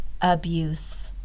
abuse